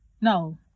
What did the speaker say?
no